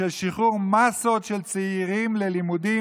של שחרור מאסות של צעירים ללימודים,